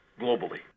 globally